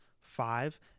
Five